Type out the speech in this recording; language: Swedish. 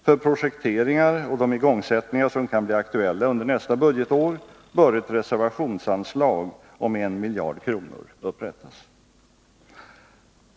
För projekteringar och de igångsättningar som kan bli aktuella under nästa budgetår bör ett reservationsanslag om 1 miljard kronor upprättas.